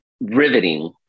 riveting